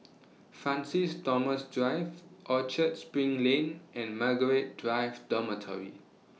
Francis Thomas Drive Orchard SPRING Lane and Margaret Drive Dormitory